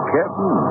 Captain